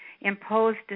imposed